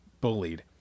bullied